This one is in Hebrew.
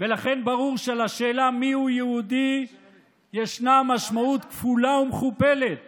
ולכן ברור שלשאלה מיהו יהודי יש משמעות כפולה ומכופלת